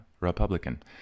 Republican